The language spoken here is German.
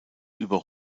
über